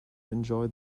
enjoy